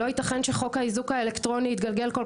לא ייתכן שחוק האיזוק האלקטרוני יתגלגל כל